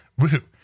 Woohoo